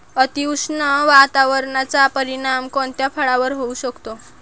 अतिउष्ण वातावरणाचा परिणाम कोणत्या फळावर होऊ शकतो?